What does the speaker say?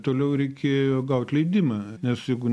toliau reikėjo gaut leidimą nes jeigu